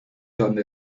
donde